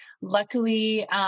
luckily